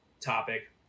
topic